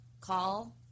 call